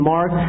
Mark